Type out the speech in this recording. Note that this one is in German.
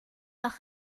noch